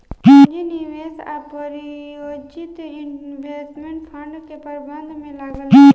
पूंजी निवेश आ प्रायोजित इन्वेस्टमेंट फंड के प्रबंधन में लागल रहेला